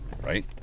right